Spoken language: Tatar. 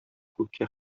күккә